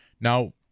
Now